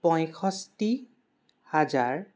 পঁয়ষষ্ঠি হাজাৰ